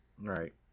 Right